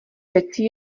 přeci